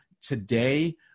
Today